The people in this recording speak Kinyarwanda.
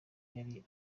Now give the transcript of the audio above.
yari